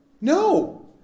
No